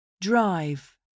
Drive